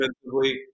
defensively